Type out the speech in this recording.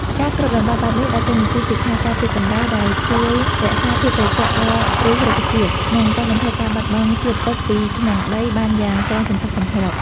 ការគ្របដណ្ដប់បែបនេះដើរតួនាទីជាខែលការពារកម្ដៅ ដែលជួយរក្សាភាពត្រជាក់ដល់ឫសរុក្ខជាតិ និងកាត់បន្ថយការបាត់បង់ជាតិទឹកពីក្នុងដីបានយ៉ាងច្រើនសន្ធឹកសន្ធាប់។